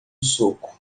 soco